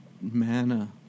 mana